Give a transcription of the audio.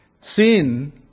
Sin